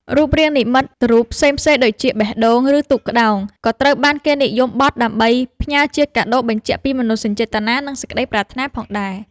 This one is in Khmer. រូបរាងនិមិត្តរូបផ្សេងៗដូចជា បេះដូង ឬទូកក្ដោង ក៏ត្រូវបានគេនិយមបត់ដើម្បីផ្ញើជាកាដូបញ្ជាក់ពីមនោសញ្ចេតនា និងសេចក្ដីប្រាថ្នាផងដែរ។